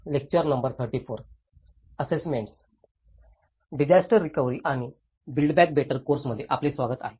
disaster recovery आणि build back better course मध्ये आपले स्वागत आहे